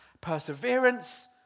Perseverance